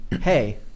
hey